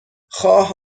خواه